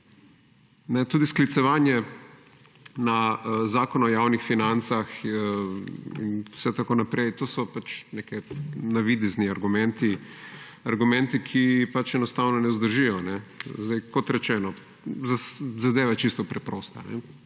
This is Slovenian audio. Tudi sklicevanje na Zakon o javnih financah in vse tako naprej, to so neki navidezni argumenti, argumenti, ki enostavno ne vzdržijo. Kot rečeno, zadeva je čisto preprosta.